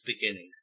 beginning